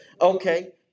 Okay